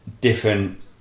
different